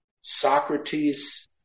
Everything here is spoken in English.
Socrates